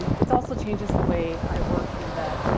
it also changes the way i work in that